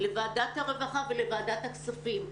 לוועדת הרווחה ולוועדת הכספים,